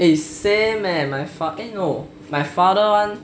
eh same leh my father eh no my father [one]